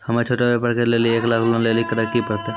हम्मय छोटा व्यापार करे लेली एक लाख लोन लेली की करे परतै?